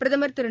பிரதமர் திரு